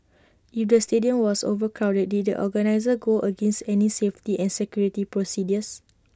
if the stadium was overcrowded did the organisers go against any safety and security procedures